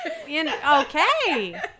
Okay